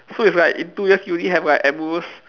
so it's like in two years you only have like at most